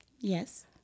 Yes